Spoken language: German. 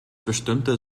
bestimmte